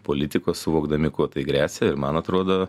politikos suvokdami kuo tai gresia ir man atrodo